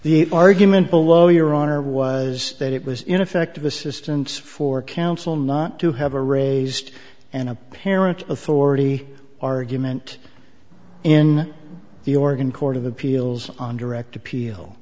the argument below your honor was that it was ineffective assistance for counsel not to have a raised and apparent authority argument in the oregon court of appeals on direct appeal